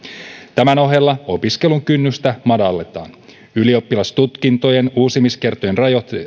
tämän ohella opiskelun kynnystä madalletaan ylioppilastutkintojen uusimiskertojen